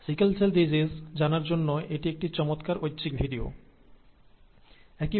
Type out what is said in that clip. sickle cell disease জানার জন্য এটি একটি চমৎকার ভিডিও দেওয়া হল ইচ্ছে হলে দেখতে পারেন